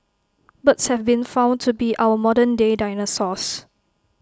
birds have been found to be our modern day dinosaurs